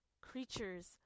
creatures